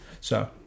So-